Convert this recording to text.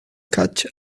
catch